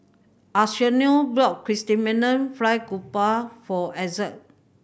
Arsenio brought Chrysanthemum Fried Garoupa for Ezzard